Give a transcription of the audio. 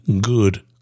good